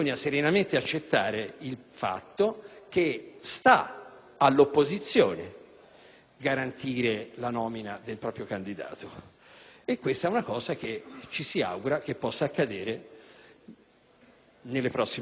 garantire la nomina del proprio candidato: è una cosa che ci si augura possa accadere nelle prossime convocazioni. Il candidato è uno solo, è di gran lunga la persona più adatta,